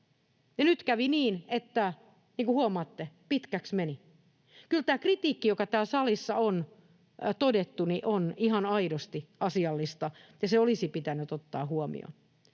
nyt kävi niin, että — niin kuin huomaatte — pitkäksi meni. Kyllä tämä kritiikki, joka täällä salissa on todettu, on ihan aidosti asiallista, ja se olisi pitänyt ottaa huomioon.